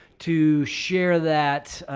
to share that,